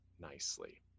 nicely